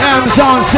Amazon